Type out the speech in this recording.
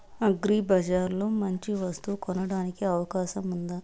అగ్రిబజార్ లో మంచి వస్తువు కొనడానికి అవకాశం వుందా?